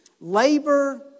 Labor